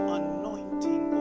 anointing